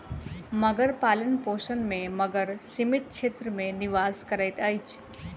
मगर पालनपोषण में मगर सीमित क्षेत्र में निवास करैत अछि